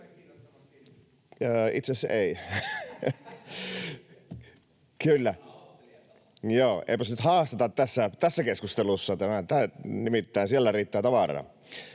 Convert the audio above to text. Itse asiassa ei. Kyllä. — Joo, eipäs nyt haasteta tässä keskustelussa. Nimittäin siellä riittää tavaraa